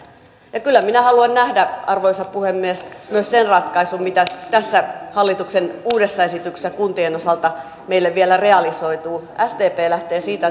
ja kyllä minä haluan nähdä arvoisa puhemies myös sen ratkaisun mitä tässä hallituksen uudessa esityksessä kuntien osalta meille vielä realisoituu sdp lähtee siitä